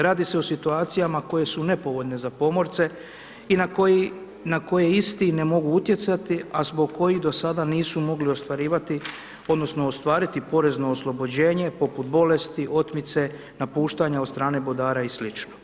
Radi se o situacijama koje su nepovoljne za pomorce i na koji, na koje isti ne mogu utjecati, a zbog kojih do sada nisu mogli ostvarivati odnosno ostvariti porezno oslobođenje poput bolesti, otmice, napuštanja od strane brodara i sl.